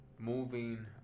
Moving